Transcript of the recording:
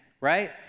right